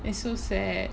that's so sad